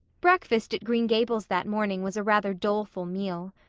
breakfast at green gables that morning was a rather doleful meal.